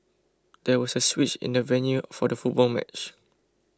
there was a switch in the venue for the football match